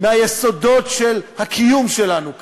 מהיסודות של הקיום שלנו כאן,